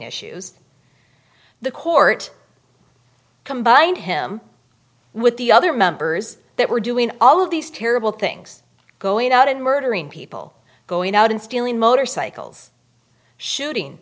issues the court combined him with the other members that were doing all of these terrible things going out and murdering people going out and stealing motorcycles shooting